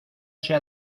sea